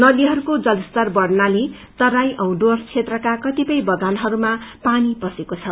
नदीहरूको जलस्तर बढ़नाले तराई औ डुर्वस क्षेत्रका कतिपय वगानहरूमा पानी पतेको छ